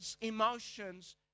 emotions